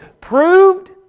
proved